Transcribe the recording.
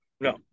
No